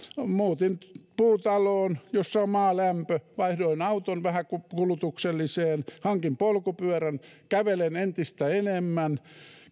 muutin puutaloon jossa on maalämpö vaihdoin auton vähäkulutukselliseen hankin polkupyörän kävelen entistä enemmän